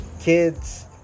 kids